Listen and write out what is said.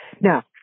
Now